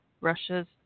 Russia's